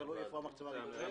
תלוי איפה המחצבה נמצאת.